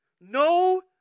No